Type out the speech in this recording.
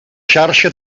xarxa